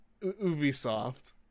Ubisoft